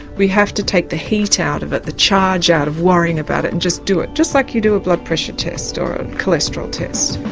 we have to take the heat out of it, the charge out of worrying about it and just do it, just like you do a blood pressure test, or a cholesterol test.